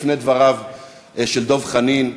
לפני דבריו של דב חנין,